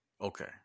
Okay